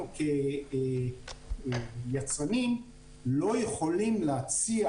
אנחנו כיצרנים לא יכולים להציע